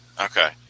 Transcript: Okay